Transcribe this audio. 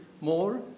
more